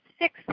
six